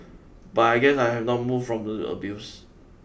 but I guess I have not moved on from the abuse